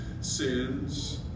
sins